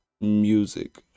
music